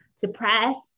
depressed